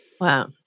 Wow